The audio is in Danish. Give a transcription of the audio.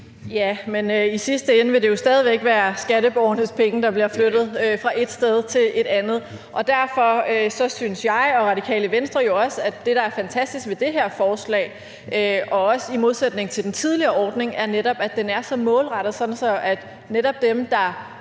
(RV): I sidste ende vil det jo stadig væk være skatteborgernes penge, der bliver flyttet fra et sted til et andet. Derfor synes jeg og Radikale Venstre jo også, at det, der er fantastisk ved det her forslag – også i modsætning til den tidligere ordning – netop er, at det er så målrettet, sådan at dem, der